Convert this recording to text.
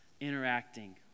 interacting